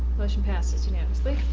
motion passes unanimously.